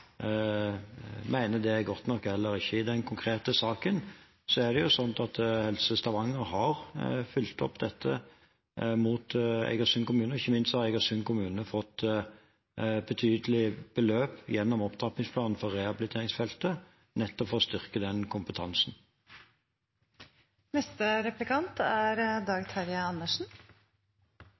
det er godt nok eller ikke. I den konkrete saken er det sånn at Helse Stavanger har fulgt opp dette mot Eigersund kommune, og ikke minst har Eigersund kommune fått betydelige beløp gjennom opptrappingsplanen for rehabiliteringsfeltet nettopp for å styrke den kompetansen.